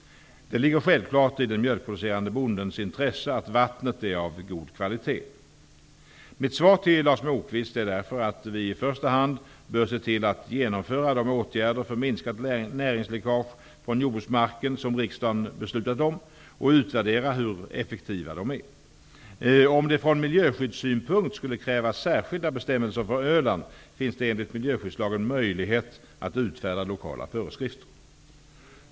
Det ligger självklart i den mjölkproducerande bondens intresse att vattnet är av en god kvalitet. Mitt svar till Lars Moquist är därför att vi i första hand bör se till att genomföra de åtgärder för att minska näringsläckage från jordbruksmarken som riksdagen beslutat om och utvärdera hur effektiva de är. Om det från miljöskyddssynpunkt skulle krävas särskilda bestämmelser för Öland finns det enligt miljöskyddslagen möjlighet att utfärda lokala föreskrifter.